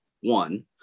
one